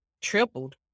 tripled